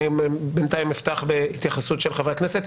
בינתיים אפתח בהתייחסות של חברי הכנסת.